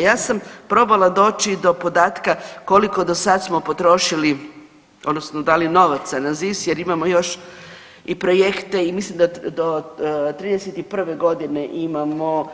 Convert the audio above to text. Ja sam probala doći do podatka koliko do sad smo potrošili odnosno da li novaca na ZIS jer imamo još i projekte i mislim da do '31. godine imamo